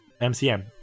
MCM